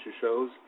shows